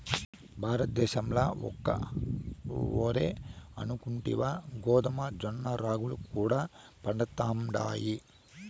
భారతద్దేశంల ఒక్క ఒరే అనుకుంటివా గోధుమ, జొన్న, రాగులు కూడా పండతండాయి